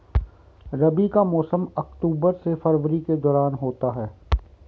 रबी का मौसम अक्टूबर से फरवरी के दौरान होता है